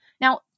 Now